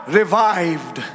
revived